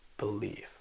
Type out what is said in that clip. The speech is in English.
believe